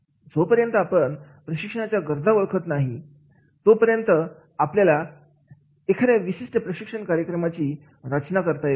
जोपर्यंत आपण प्रशिक्षणाच्या गरजा ओळखत नाही नाही तोपर्यंत आपल्याला एखाद्या विशिष्ट प्रशिक्षण कार्यक्रमाची रचना करता येत नाही